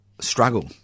struggle